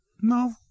no